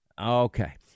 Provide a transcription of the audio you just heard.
Okay